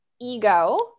ego